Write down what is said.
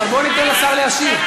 אבל בואו ניתן לשר להשיב.